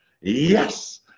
yes